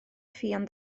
ffion